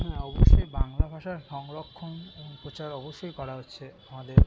হ্যাঁ অবশ্যই বাংলা ভাষার সংরক্ষণ প্রচার অবশ্যই করা হচ্ছে আমাদের